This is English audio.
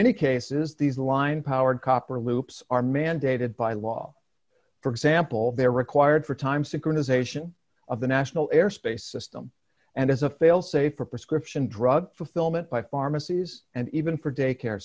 many cases these line powered copper loops are mandated by law for example they're required for time synchronization of the national airspace system and as a failsafe for prescription drug fulfillment by pharmacies and even for day care